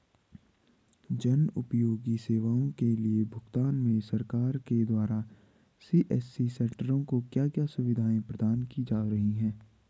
जन उपयोगी सेवाओं के बिल भुगतान में सरकार के द्वारा सी.एस.सी सेंट्रो को क्या क्या सुविधाएं प्रदान की जा रही हैं?